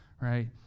right